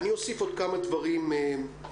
אני אוסיף עוד כמה דברים משלי.